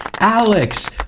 Alex